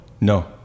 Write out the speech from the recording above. No